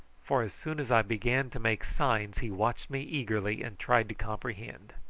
for as soon as i began to make signs he watched me eagerly and tried to comprehend.